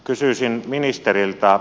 kysyisin ministeriltä